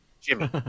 Jimmy